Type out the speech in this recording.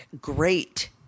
great